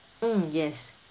mm yes